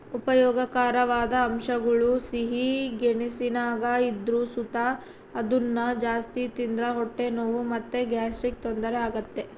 ಉಪಯೋಗಕಾರವಾದ ಅಂಶಗುಳು ಸಿಹಿ ಗೆಣಸಿನಾಗ ಇದ್ರು ಸುತ ಅದುನ್ನ ಜಾಸ್ತಿ ತಿಂದ್ರ ಹೊಟ್ಟೆ ನೋವು ಮತ್ತೆ ಗ್ಯಾಸ್ಟ್ರಿಕ್ ತೊಂದರೆ ಆಗ್ತತೆ